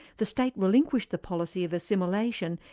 the state relinquished the policy of assimilation,